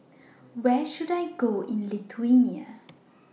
Where should I Go in Lithuania